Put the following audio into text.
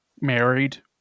married